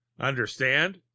understand